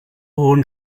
hohen